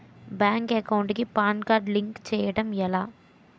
Bank account కి PAN card link చేయడం ఎలా?